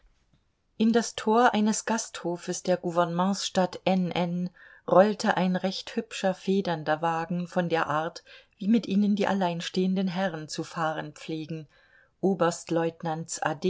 in das tor eines gasthofes der gouvernementsstadt n n rollte ein recht hübscher federnder wagen von der art wie mit ihnen die alleinstehenden herren zu fahren pflegen oberstleutnants